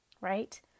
Right